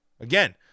again